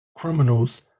criminals